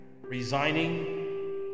resigning